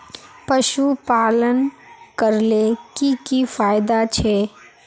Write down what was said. पशुपालन करले की की फायदा छे?